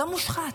לא מושחת,